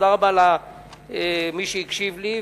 תודה רבה למי שהקשיב לי,